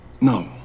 No